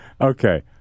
Okay